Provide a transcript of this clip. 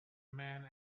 man